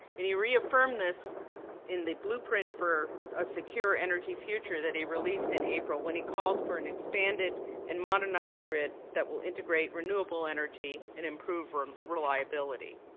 and he reaffirmed this in the blueprint for a secure energy future that he released in april when he called for an expanded and modernized grid that will integrate renewable energy and improve um reliability.